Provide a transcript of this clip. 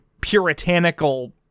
puritanical